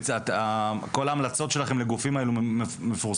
כול ההמלצות שלכם לגופים מפורסמות?